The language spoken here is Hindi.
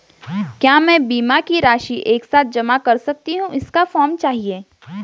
क्या मैं बीमा की राशि एक साथ जमा कर सकती हूँ इसका फॉर्म चाहिए?